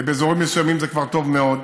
ובאזורים מסוימים זה כבר טוב מאוד,